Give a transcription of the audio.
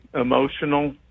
Emotional